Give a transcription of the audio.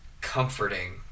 comforting